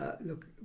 Look